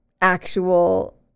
actual